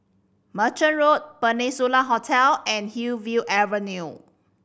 Merchant Road Peninsula Hotel and Hillview Avenue